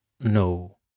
no